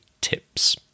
tips